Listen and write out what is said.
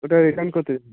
ওটা রিটার্ন করে দে